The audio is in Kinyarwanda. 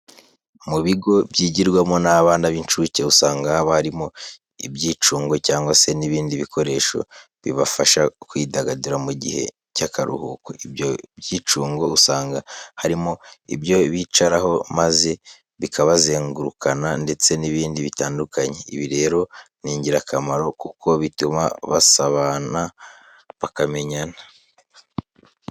Mu bigo byigirwamo n'abana b'incuke usanga haba harimo ibyicungo cyangwa se n'ibindi bikoresho bibafasha kwidagadura mu gihe cy'akaruhuko. Ibyo byicungo, usanga harimo ibyo bicaraho maze bikabazengurukana ndetse n'ibindi bitandukanye. Ibi rero ni ingirakamaro kuko bituma basabana bakamenyerana.